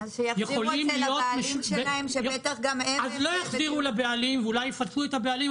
לא יחזירו לבעלים ואולי יפצו את הבעלים,